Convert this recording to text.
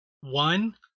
one